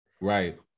Right